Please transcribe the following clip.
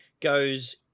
goes